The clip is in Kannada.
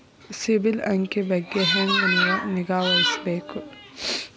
ಸಿಬಿಲ್ ಅಂಕಿ ಬಗ್ಗೆ ಹೆಂಗ್ ನಿಗಾವಹಿಸಬೇಕು?